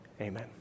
Amen